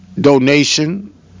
donation